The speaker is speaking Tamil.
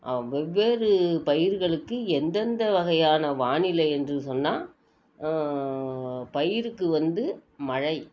வெவ்வேறு பயிர்களுக்கு எந்தெந்த வகையான வானிலை என்று சொன்னால் பயிருக்கு வந்து மழை